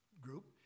group